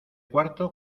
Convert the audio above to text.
cuarto